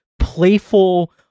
playful